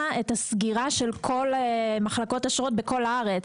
את הסגירה של מחלקות אשרות בכל הארץ.